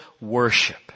worship